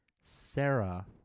Sarah